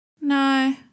No